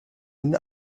ihn